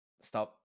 Stop